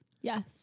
Yes